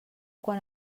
quan